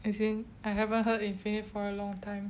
as in I haven't heard infinite for a long time